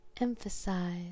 Emphasize